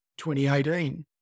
2018